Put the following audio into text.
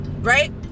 right